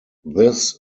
this